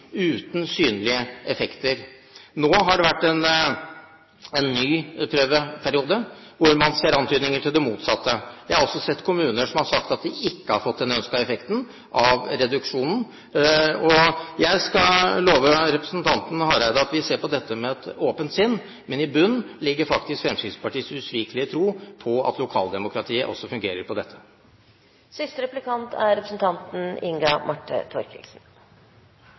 uten synlige effekter. Nå har det vært en ny prøveperiode, hvor man ser antydninger til det motsatte. Jeg vet også om kommuner som har sagt at de ikke har fått den ønskede effekten av reduksjonen. Jeg skal love representanten Hareide at vi ser på dette med et åpent sinn, men i bunnen ligger faktisk Fremskrittspartiets usvikelige tro på at lokaldemokratiet også fungerer på dette området. Jeg er fra samme fylke som representanten